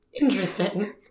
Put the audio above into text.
Interesting